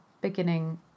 beginning